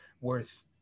worth